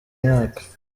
mwaka